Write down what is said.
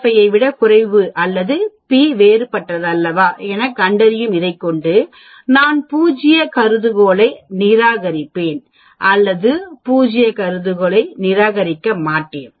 05 ஐ விடக் குறைவு அல்லது p வேறுபட்டதல்ல என கண்டறியும் இதைக்கொண்டு நான் பூஜ்ய கருதுகோளை நிராகரிப்பேன் அல்லது பூஜ்ய கருதுகோளை நிராகரிக்க மாட்டேன்